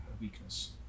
weakness